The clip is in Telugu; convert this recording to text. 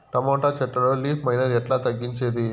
టమోటా చెట్లల్లో లీఫ్ మైనర్ ఎట్లా తగ్గించేది?